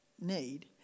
need